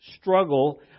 struggle